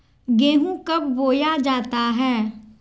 गेंहू कब बोया जाता हैं?